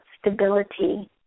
stability